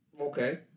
Okay